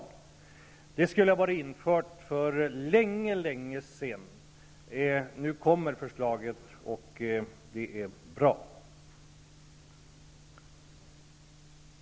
Den ordningen borde ha varit införd för länge länge sedan. Nu kommer förslag om detta, och det är bra.